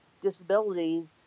disabilities